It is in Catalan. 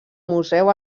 museu